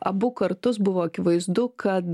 abu kartus buvo akivaizdu kad